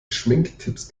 schminktipps